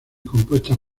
compuestas